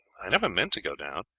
i never meant to go down,